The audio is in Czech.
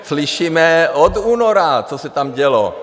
Slyšíme od února, co se tam dělo.